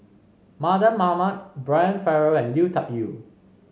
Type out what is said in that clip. Mardan Mamat Brian Farrell and Lui Tuck Yew